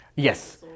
Yes